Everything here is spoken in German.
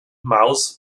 maus